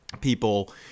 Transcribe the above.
people